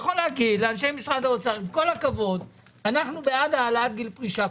יכול להגיד לאנשי משרד האוצר שעם כל הכבוד אנחנו בעד העלאת גיל פרישה,